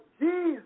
Jesus